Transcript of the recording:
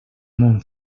mon